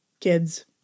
kids